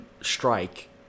strike